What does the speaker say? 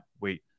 wait